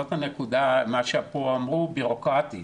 הנקודה מה שפה אמרו, הבירוקרטיה.